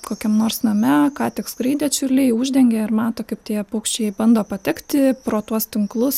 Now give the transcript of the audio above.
kokiam nors name ką tik skraidė čiurliai uždengė ir mato kaip tie paukščiai bando patekti pro tuos tinklus